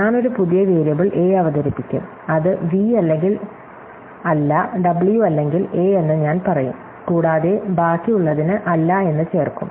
ഞാൻ ഒരു പുതിയ വേരിയബിൾ a അവതരിപ്പിക്കും അത് v അല്ലെങ്കിൽ അല്ല w അല്ലെങ്കിൽ a എന്ന് ഞാൻ പറയും കൂടാതെ ബാക്കി ഉള്ളതിന് അല്ല എന്ന് ചേർക്കും